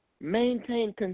Maintain